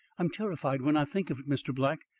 i'm terrified when i think of it, mr. black.